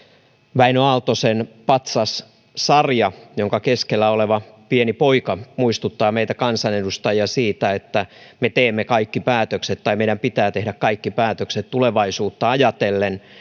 wäinö aaltosen patsassarja jonka keskellä oleva pieni poika muistuttaa meitä kansanedustajia siitä että me teemme kaikki päätökset tai meidän pitää tehdä kaikki päätökset tulevaisuutta ajatellen